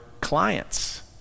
clients